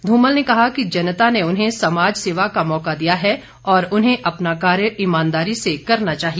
धूमल ने कहा कि जनता ने उन्हें समाज सेवा का मौका दिया है और उन्हें अपना कार्य ईमानदारी से करना चाहिए